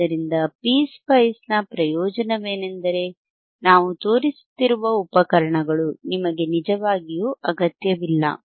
ಆದ್ದರಿಂದ ಪಿಸ್ಪೈಸ್ ನ ಪ್ರಯೋಜನವೆಂದರೆ ನಾವು ತೋರಿಸುತ್ತಿರುವ ಉಪಕರಣಗಳು ನಿಮಗೆ ನಿಜವಾಗಿಯೂ ಅಗತ್ಯವಿಲ್ಲ